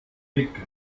pékin